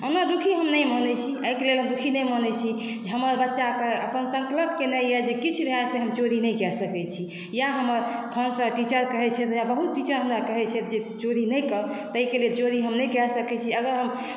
ओना दुखी हम नहि मानै छी एहिके लेल हम दुखी नहि मानै छी जे हमर बच्चा कऽ अपन संकल्प केने यऽ जे किछु भए जेतै हम चोरी नहि कए सकै छी इएह हमर खान सर टीचर कहै छै बहुत टीचर हमरा कहै छथि जे चोरी नहि कर ताहि के लेल चोरी हम नहि कए सकै छी अगर हम